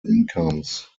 incomes